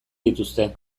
dituzte